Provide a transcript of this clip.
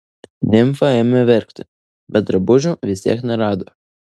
nimfa ėmė verkti bet drabužių vis tiek nerado